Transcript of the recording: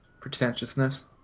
pretentiousness